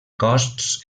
costs